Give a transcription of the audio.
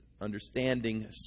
Understanding